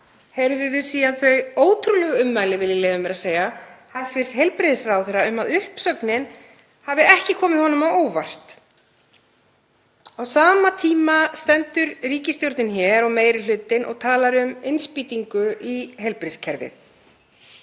heyrðum við síðan þau ótrúlegu ummæli, vil ég leyfa mér að segja, hæstv. heilbrigðisráðherra að uppsögnin hafi ekki komið honum á óvart. Á sama tíma stendur ríkisstjórnin hér og meiri hlutinn og talar um innspýtingu í heilbrigðiskerfið.